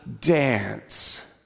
dance